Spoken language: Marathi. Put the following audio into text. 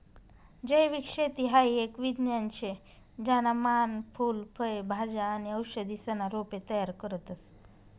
जैविक शेती हाई एक विज्ञान शे ज्याना मान फूल फय भाज्या आणि औषधीसना रोपे तयार करतस